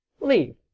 leave